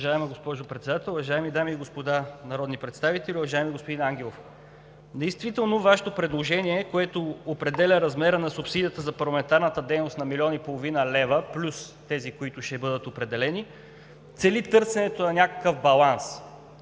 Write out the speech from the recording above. Уважаема госпожо Председател, уважаеми дами и господа народни представители! Уважаеми господин Ангелов, действително Вашето предложение, което определя размера на субсидията за парламентарната дейност на милион и половина лева плюс тези, които ще бъдат определени, цели търсенето на някакъв баланс,